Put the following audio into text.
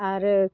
आरो